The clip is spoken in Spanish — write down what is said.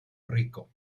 rico